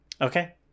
Okay